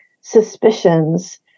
suspicions